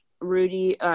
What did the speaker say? Rudy –